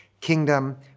kingdom